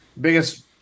Biggest